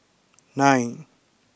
nine